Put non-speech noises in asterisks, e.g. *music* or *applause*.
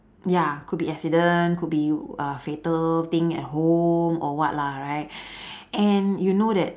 ya could be accident could be a fatal thing at home or what lah right *breath* and you know that